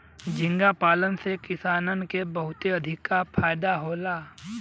झींगा पालन से किसानन के बहुते अधिका फायदा होला